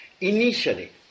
initially